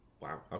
Wow